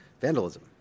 vandalism